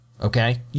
okay